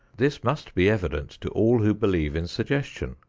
this must be evident to all who believe in suggestion.